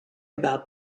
about